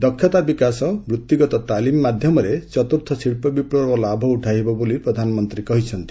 ଦକ୍ଷତା ବିକାଶ ବୃଭିଗତ ତାଲିମ ମାଧ୍ୟମରେ ଚତୁର୍ଥ ଶିଳ୍ପ ବିପ୍ଲବର ଲାଭ ଉଠାଇ ହେବ ବୋଲି ପ୍ରଧାନମନ୍ତ୍ରୀ କହିଥିଲେ